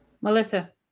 Melissa